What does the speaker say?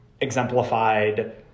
exemplified